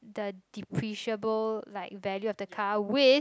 the depreciable like value of the car with